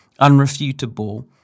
unrefutable